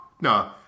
No